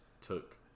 took